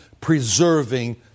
preserving